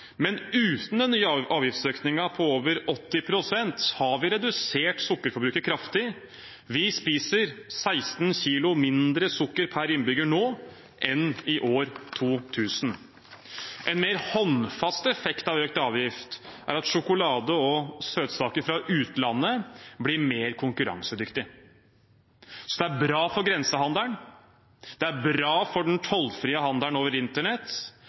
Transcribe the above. men uten den nye avgiftsøkningen på over 80 pst. har vi redusert sukkerforbruket kraftig. Vi spiser 16 kilo mindre sukker per innbygger nå enn i 2000. En mer håndfast effekt av økt avgift er at sjokolade og søtsaker fra utlandet blir mer konkurransedyktig. Så det er bra for grensehandelen, det er bra for den tollfrie handelen over internett,